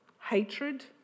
hatred